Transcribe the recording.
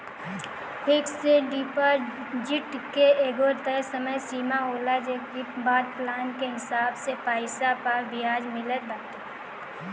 fix deposit के एगो तय समय सीमा होला जेकरी बाद प्लान के हिसाब से पईसा पअ बियाज मिलत बाटे